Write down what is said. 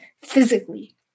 physically